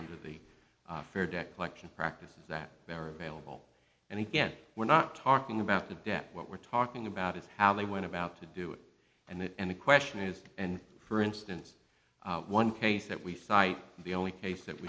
under the fair debt collection practices that they're available and again we're not talking about the debt what we're talking about is how they went about to do it and that and the question is and for instance one case that we cite the only case that